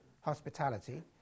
hospitality